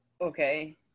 Okay